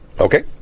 Okay